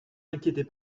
inquiétez